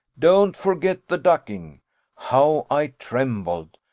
don't forget the ducking how i trembled!